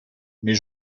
mais